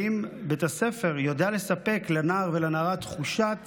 אם בית הספר יודע לספק לנער ולנערה תחושת